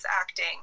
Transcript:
acting